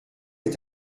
est